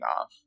off